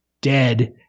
dead